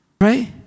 Right